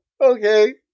Okay